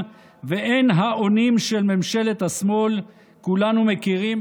ואין האונים של ממשלת השמאל כולנו מכירים,